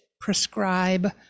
prescribe